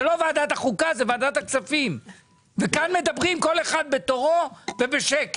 זאת לא ועדת החוקה אלא זאת ועדת הכספים וכאן כל אחד מדבר בתורו ובשקט.